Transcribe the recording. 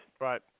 Right